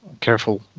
careful